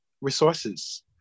resources